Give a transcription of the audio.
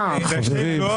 חברים.